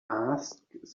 asked